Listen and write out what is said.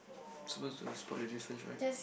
supposed to spot the difference right